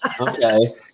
Okay